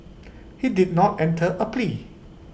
he did not enter A plea